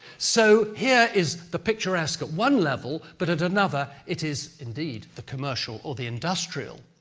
so, here is the picturesque at one level, but at another, it is indeed the commercial or the industrial.